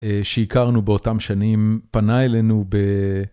שהכרנו באותם שנים פנה אלינו ב...